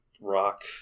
rock